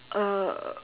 uh